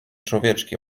człowieczki